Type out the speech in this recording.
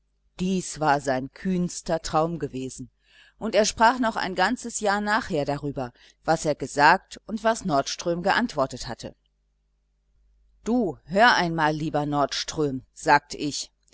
dies war sein kühnster traum gewesen und er sprach noch ein ganzes jahr nachher darüber was er gesagt und was nordström geantwortet hatte du hör einmal lieber nordström sagt ich